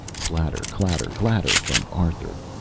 clatter-clatter-clatter from arthur.